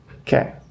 Okay